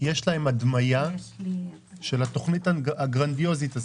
האם יש למשרד התחבורה הדמיה של התוכנית הגרנדיוזית הזאת,